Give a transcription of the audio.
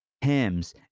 hymns